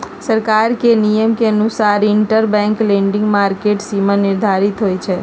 सरकार के नियम के अनुसार इंटरबैंक लैंडिंग मार्केट के सीमा निर्धारित होई छई